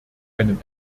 einem